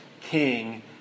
king